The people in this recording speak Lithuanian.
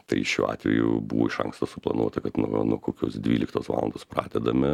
tai šiuo atveju buvo iš anksto suplanuota kad nuo nuo kokios dvyliktos valandos pradedame